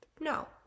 No